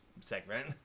segment